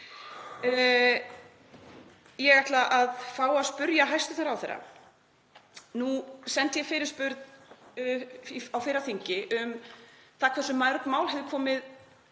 Ég ætla að fá að spyrja hæstv. ráðherra. Nú sendi ég fyrirspurn á fyrra þingi um það hversu mörg mál hefðu komið